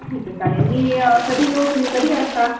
ठीक आहे चालेल मी कधी येऊ तुम्ही कधी असता